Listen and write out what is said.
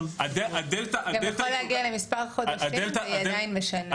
זה יכול להגיע למספר חודשים והיא עדיין משנה.